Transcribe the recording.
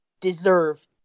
deserve